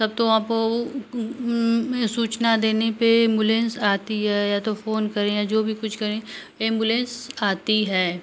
तब तो वहाँ पर वो सूचना देने पर एम्बुलेंस आती है या तो फोन करें या जो भी कुछ करें एम्बुलेंस आती है